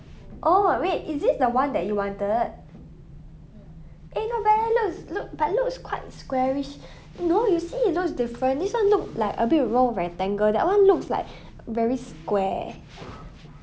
orh wait is this the [one] that you wanted eh not bad leh look look but looks quite squarish no you see it looks different this [one] looked like a bit raw rectangle that [one] looks like very square eh